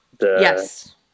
yes